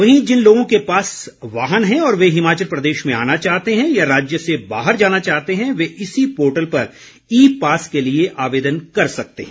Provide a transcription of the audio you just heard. वहीं जिन लोगों के पास वाहन हैं और वे हिमाचल प्रदेश में आना चाहते हैं या राज्य से बाहर जाना चाहते है वे इसी पोर्टल पर ई पास के लिए आवेदन कर सकते है